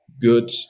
good